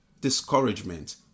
discouragement